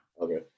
Okay